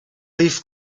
leaf